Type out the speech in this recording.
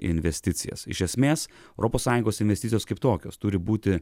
investicijas iš esmės europos sąjungos investicijos kaip tokios turi būti